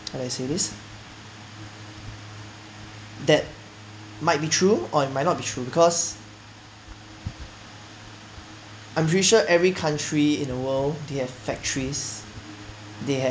how do I say this that might be true or it might not be true because I'm pretty sure every country in the world they have factories they have